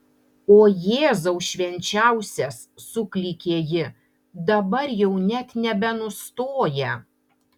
o jėzau švenčiausias suklykė ji dabar jau net nebenustoja